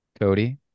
Cody